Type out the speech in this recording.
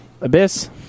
Abyss